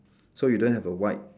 so you don't have a white